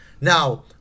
Now